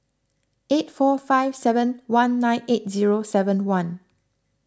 eight four five seven one nine eight zero seven one